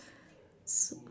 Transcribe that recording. s~